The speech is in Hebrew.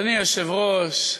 אדוני היושב-ראש,